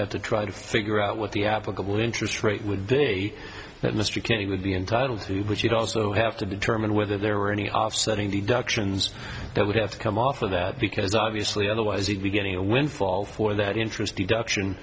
have to try to figure out what the applicable interest rate would be that mr kenny would be entitled to but you'd also have to determine whether there were any offsetting deductions that would have to come off of that because obviously otherwise he'd be getting a windfall for that interest deduction